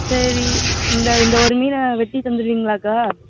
சரி இந்த இந்த ஒரு மீனை வெட்டி தந்துருவீங்களா அக்கா